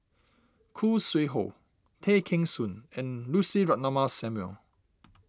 Khoo Sui Hoe Tay Kheng Soon and Lucy Ratnammah Samuel